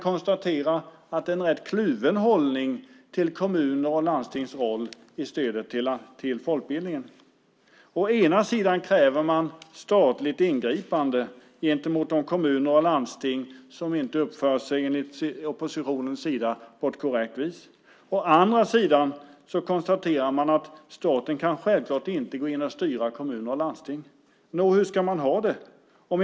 Det är en rätt kluven hållning till kommuners och landstings roll i stödet till folkbildningen. Å ena sidan kräver man statligt ingripande gentemot de kommuner och landsting som enligt oppositionen inte uppför sig på ett korrekt vis. Å andra sidan säger man att staten självklart inte kan gå in och styra kommuner och landsting. Nå, hur ska man ha det? Herr talman!